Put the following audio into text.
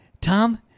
tom